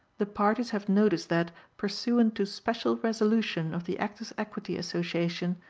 the parties have notice that, pursuant to special resolution of the actors' equity association,